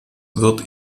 wird